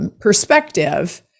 Perspective